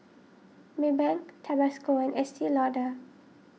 Maybank Tabasco and Estee Lauder